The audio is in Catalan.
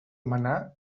manar